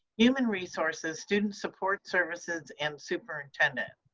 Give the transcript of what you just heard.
human resources, student support services and superintendent.